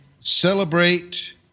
celebrate